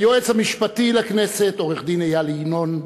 היועץ המשפטי לכנסת עורך-דין איל ינון,